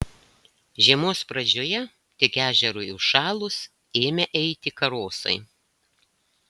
žiemos pradžioje tik ežerui užšalus ėmę eiti karosai